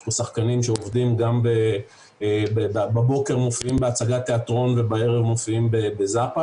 יש פה שחקנים שבבוקר מופיעים בהצגת תיאטרון ובערב מופיעים ב"זאפה",